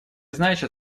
значит